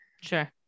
Sure